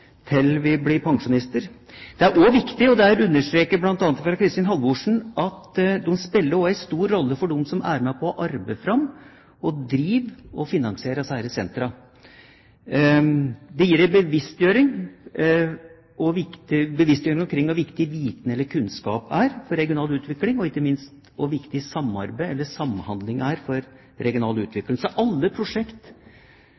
til vi blir pensjonister. De spiller også – det er understreket av bl.a. Kristin Halvorsen – en stor rolle for dem som er med på å arbeide fram, drifter og finansierer disse sentra. Det gir en bevisstgjøring omkring hvor viktig viten eller kunnskap er for regional utvikling, og ikke minst hvor viktig samarbeid, eller samhandling, er for regional